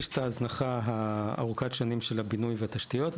יש את ההזנחה ארוכת השנים של הבינוי והתשתיות.